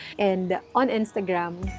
and on instagram,